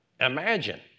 Imagine